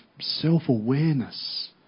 self-awareness